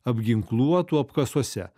apginkluotų apkasuose